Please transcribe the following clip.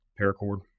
paracord